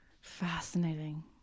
Fascinating